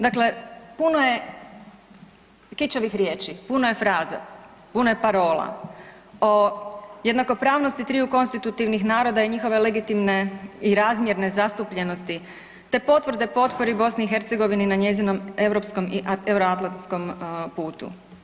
Dakle, puno je kičavih riječi, puno je fraza, puno je parola o jednakosti triju konstitutivnih naroda i njihove legitimne i razmjerne zastupljenosti, te potvrde potpori BiH na njezinom europskom i Euroatlantskom putu.